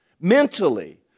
mentally